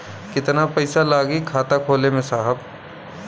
कितना पइसा लागि खाता खोले में साहब?